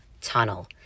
tunnel